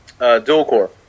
Dualcore